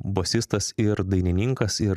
bosistas ir dainininkas ir